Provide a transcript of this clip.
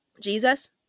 Jesus